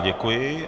Děkuji.